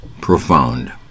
profound